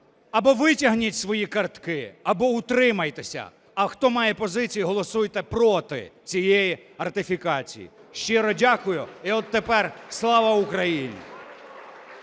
або витягніть свої картки, або утримайтесь. А хто має позицію, голосуйте проти цієї ратифікації. Щиро дякую. І от тепер - слава Україні!